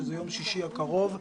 שזה יום שישי הקרוב,